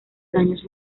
daños